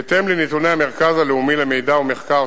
בהתאם לנתוני המרכז הלאומי למידע ומחקר